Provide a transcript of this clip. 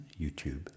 YouTube